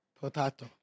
potato